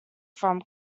from